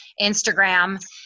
Instagram